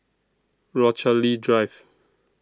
Rochalie Drive